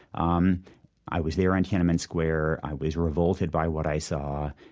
um i was there in tiananmen square. i was revolted by what i saw.